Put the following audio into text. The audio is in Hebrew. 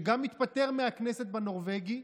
שגם התפטר מהכנסת בנורבגי,